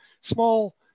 small